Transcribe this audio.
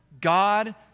God